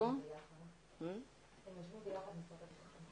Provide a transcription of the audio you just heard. בוקר טוב לכם שם במשרד הביטחון.